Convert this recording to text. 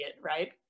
right